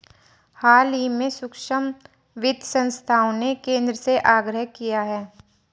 हाल ही में सूक्ष्म वित्त संस्थाओं ने केंद्र से आग्रह किया है